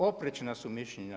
Oprečna su mišljenja.